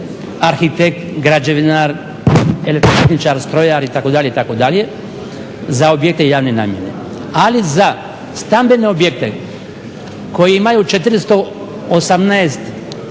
arhitekt, građevinar, elektrotehničar, strojar itd., itd. za objekte javne namjene. Ali za stambene objekte koji imaju 418 metara